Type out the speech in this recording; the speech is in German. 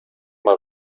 mal